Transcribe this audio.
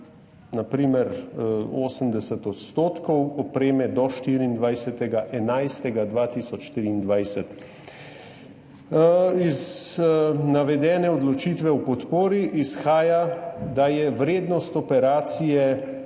na primer 80 %, opreme do 24. 11. 2023. Iz navedene odločitve o podpori izhaja, da je vrednost operacije